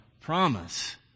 promise